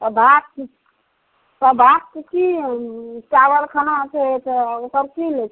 तऽ भात तऽ भातके की चावल खाना छै तऽ ओकर की लै छी